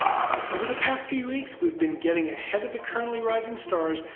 over the past few weeks we have been getting ahead of the currently rising stars,